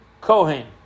kohen